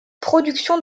production